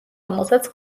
რომელსაც